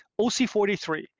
OC43